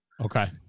Okay